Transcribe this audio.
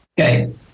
Okay